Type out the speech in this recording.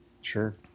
Sure